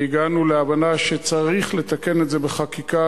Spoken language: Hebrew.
והגענו להבנה שצריך לתקן את זה בחקיקה,